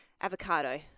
Avocado